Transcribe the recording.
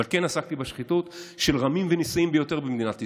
אבל כן עסקתי בשחיתות של רמים ונישאים ביותר במדינת ישראל.